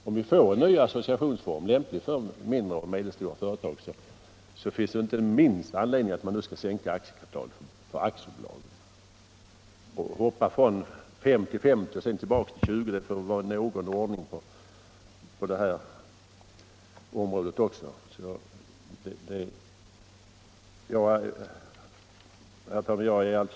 Om vi får en ny associationsform, lämplig för mindre och medelstora företag, finns det inte minsta anledning att sänka minimigränsen för aktiebolagen. Vi skulle alltså hoppa från 5 000 till 50 000 och sedan tillbaka till 20 000! Det får väl vara någon ordning på det här området också! Herr talman!